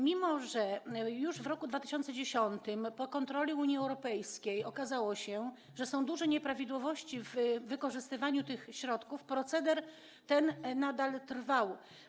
Mimo że już w roku 2010 po kontroli Unii Europejskiej okazało się, że są duże nieprawidłowości w wykorzystywaniu tych środków, proceder ten nadal trwał.